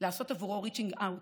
לעשות עבורו reaching-out,